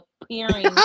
appearing